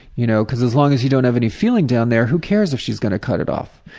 you know, because as long as you don't have any feeling down there, who cares if she's gonna cut it off?